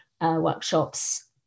workshops